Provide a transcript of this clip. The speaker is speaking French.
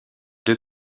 deux